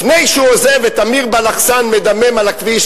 לפני שהוא עוזב את אמיר בלחסן מדמם על הכביש,